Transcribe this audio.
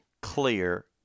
clear